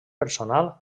personal